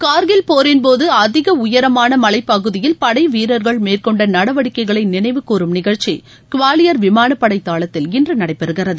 கார்கில் போரின்போது அதிக உயரமான மலைப் பகுதியில் பளட வீரர்கள் மேற்கொண்ட நடவடிக்கைகளை நினைவுகூறும் நிகழ்ச்சி குவாலியர் விமானப்படை தளத்தில் இன்று நடைபெறுகிறது